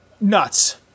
nuts